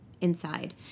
inside